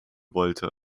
wollte